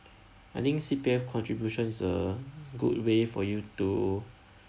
I think C_P_F contributions is a good way for you to